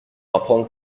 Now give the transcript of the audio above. apprendre